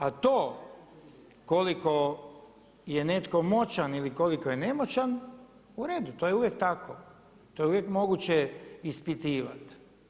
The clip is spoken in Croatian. A to koliko je netko moćan ili koliko je nemoćan, u redu, to ej uvijek tako, to je uvijek moguće ispitivati.